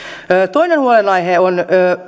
toinen huolenaihe on